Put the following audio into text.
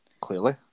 Clearly